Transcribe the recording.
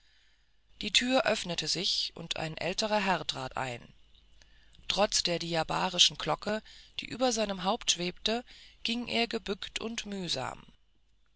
die tür öffnete sich und ein älterer herr trat ein trotz der diabarischen glocke die über seinem haupt schwebte ging er gebückt und mühsam